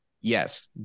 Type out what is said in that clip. yes